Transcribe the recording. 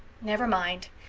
never mind.